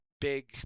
big